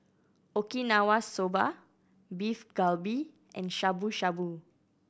Okinawa Soba Beef Galbi and Shabu Shabu